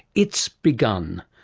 it's begun,